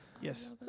yes